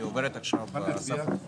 עשינו מפעם